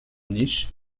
niche